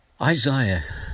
Isaiah